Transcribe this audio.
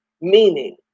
Meaning